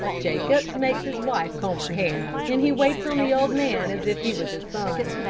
jacobs makes his wife comb her hair, and he waits on the old man as if he was his son,